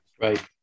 Right